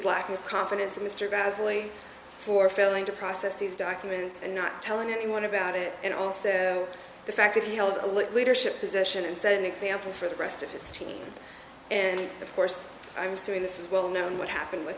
lack of confidence in mr grassley for failing to process these documents and not telling anyone about it and also the fact that he held a look leadership position and said example for the rest of his team and of course i was doing this is well known what happened with